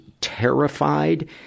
terrified